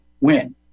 win